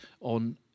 on